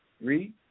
Read